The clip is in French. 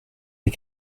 des